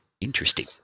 Interesting